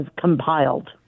compiled